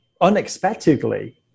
unexpectedly